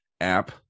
app